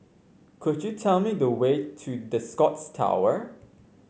could you tell me the way to The Scotts Tower